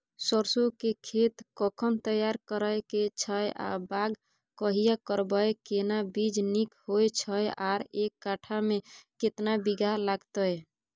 सरसो के खेत कखन तैयार करै के छै आ बाग कहिया करबै, केना बीज नीक होय छै आर एक कट्ठा मे केतना बीया लागतै?